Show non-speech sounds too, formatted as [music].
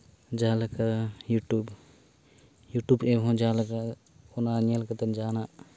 ᱡᱟᱦᱟᱸᱞᱮᱠᱟ YouTube YouTube ᱨᱮᱦᱚᱸ ᱡᱟᱦᱟᱸᱞᱮᱠᱟ [unintelligible] ᱧᱮᱞ ᱠᱟᱛᱮᱫ ᱡᱟᱦᱟᱸᱱᱟᱜ